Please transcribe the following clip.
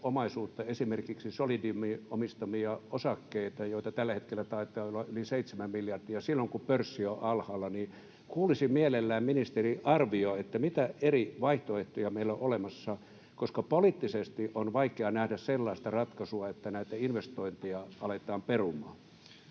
esimerkiksi Solidiumin omistamia osakkeita, joita tällä hetkellä taitaa olla yli seitsemän miljardia, silloin kun pörssi on alhaalla. Kuulisin mielellään ministerin arvion, mitä eri vaihtoehtoja meillä on olemassa, koska poliittisesti on vaikea nähdä sellaista ratkaisua, että näitä investointeja aletaan perumaan.